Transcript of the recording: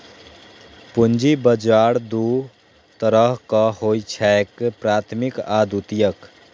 पूंजी बाजार दू तरहक होइ छैक, प्राथमिक आ द्वितीयक